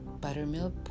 buttermilk